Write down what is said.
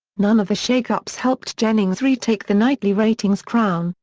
none of the shake-ups helped jennings retake the nightly ratings crown,